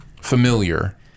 familiar